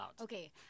Okay